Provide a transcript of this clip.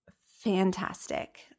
fantastic